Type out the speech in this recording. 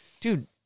dude